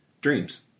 Dreams